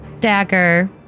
dagger